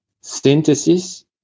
synthesis